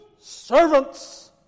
servants